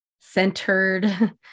centered